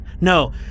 No